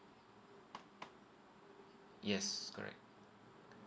yes correct